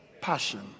passion